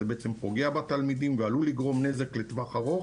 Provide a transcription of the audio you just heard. זה בעצם פוגע בתלמידים ועלול לגרום נזק לטווח ארוך